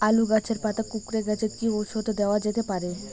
আলু গাছের পাতা কুকরে গেছে কি ঔষধ দেওয়া যেতে পারে?